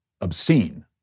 obscene